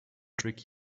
trick